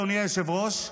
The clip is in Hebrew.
אדוני היושב-ראש,